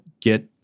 get